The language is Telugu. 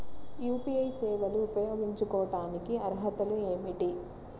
యూ.పీ.ఐ సేవలు ఉపయోగించుకోటానికి అర్హతలు ఏమిటీ?